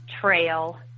trail